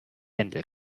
händel